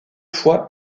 fois